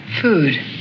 Food